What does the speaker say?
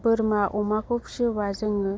बोरमा अमाखौ फियोबा जोङो